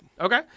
Okay